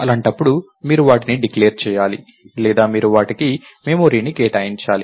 అలాంటప్పుడు మీరు వాటిని డిక్లేర్ చేయాలి లేదా మీరు వాటికి మెమరీనికేటాయించాలి